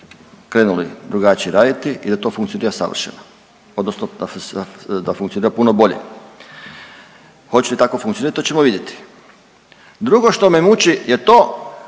krenuli drugačije raditi i da to funkcionira savršeno odnosno da funkcionira puno bolje, hoće li tako funkcionirati to ćemo vidjeti. Drugo što me muči je to